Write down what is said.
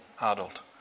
adult